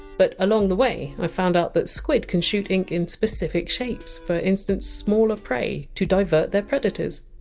but along the way i found out that squid can shoot ink in specific shapes, for instance smaller prey to divert their predators.